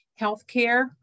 healthcare